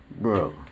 bro